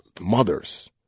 mothers